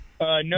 No